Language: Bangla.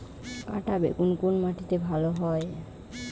কাঁটা বেগুন কোন মাটিতে ভালো হয়?